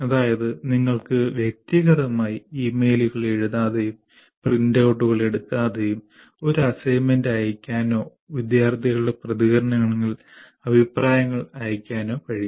അതായത് നിങ്ങൾക്ക് വ്യക്തിഗതമായി ഇമെയിലുകൾ എഴുതാതെയും പ്രിന്റ ഔട്ടുകൾ എടുക്കാതെയും ഒരു അസൈൻമെന്റ് അയയ്ക്കാനോ വിദ്യാർത്ഥികളുടെ പ്രതികരണങ്ങളിൽ അഭിപ്രായങ്ങൾ അയയ്ക്കാനോ കഴിയും